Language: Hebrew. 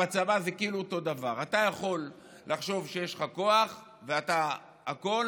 בצבא זה כאילו אותו הדבר: אתה יכול לחשוב שיש לך כוח ואתה הכול,